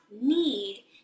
need